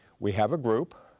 we have a group,